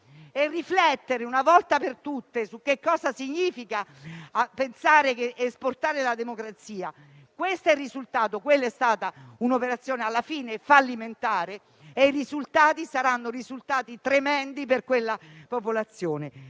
e riflettere, una volta per tutte, su cosa significa pensare di esportare la democrazia. Questo è il risultato! Quella è stata, alla fine, un'operazione fallimentare e i risultati saranno tremendi per la popolazione.